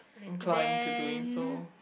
inclined to doing so